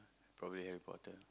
probably Harry-Potter